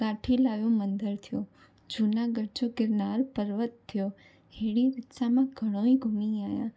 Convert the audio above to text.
गाठी लायो मंदरु थेयो जूनागढ़ जो गिरनार परवत थियो अहिड़ी रीति सां घणो ई घूमी आहियां